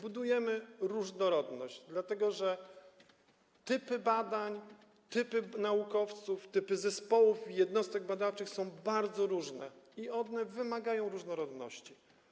Budujemy różnorodność, dlatego że typy badań, typy naukowców, typy zespołów i jednostek badawczych są bardzo różne i one wymagają różnorodności.